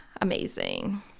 amazing